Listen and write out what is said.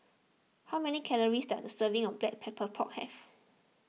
how many calories does a serving of Black Pepper Pork have